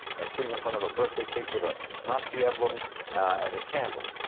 and sitting in front of a birthday cake with a nazi emblem as a candle.